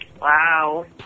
Wow